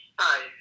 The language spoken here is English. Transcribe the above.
Hi